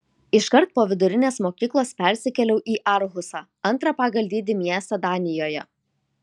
iškart po vidurinės mokyklos persikėliau į arhusą antrą pagal dydį miestą danijoje